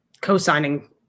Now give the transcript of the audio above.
co-signing